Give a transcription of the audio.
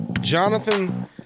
Jonathan